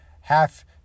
half